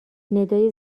ندای